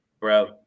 bro